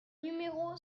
numéro